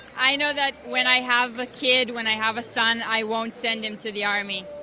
i know that when i have a kid, when i have a son, i won't send him to the army.